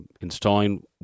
installing